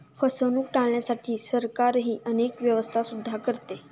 फसवणूक टाळण्यासाठी सरकारही अनेक व्यवस्था सुद्धा करते